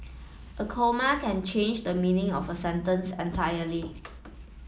a comma can change the meaning of a sentence entirely